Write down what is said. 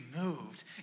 moved